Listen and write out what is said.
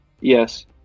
Yes